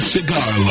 Cigar